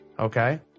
Okay